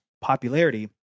popularity